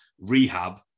rehab